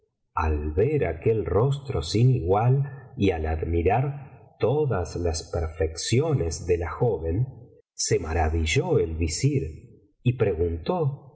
al ver aquel rostro sin igual y al admirar todas las perfecciones de la joven se maravilló el visir y preguntó